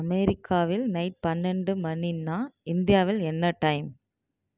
அமெரிக்காவில் நைட் பன்னெண்டு மணின்னா இந்தியாவில் என்ன டைம்